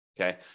Okay